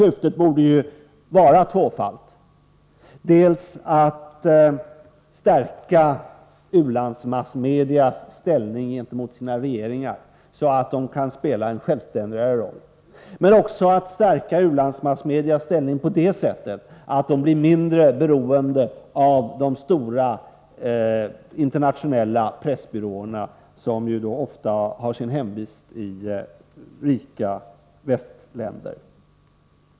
Syftet borde ju vara tvåfalt — dels att stärka u-landsmassmedias ställning gentemot de egna regeringarna, så att de kan spela en självständigare roll, dels att stärka u-landsmassmedias ställning på det sättet att de blir mindre beroende av de stora internationella pressbyråerna, som ju ofta har sin hemvist i rika västländer.